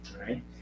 right